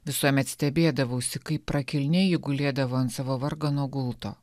visuomet stebėdavausi kaip prakilni ji gulėdavo ant savo vargano gulto